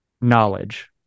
knowledge